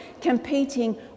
competing